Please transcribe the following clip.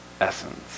essence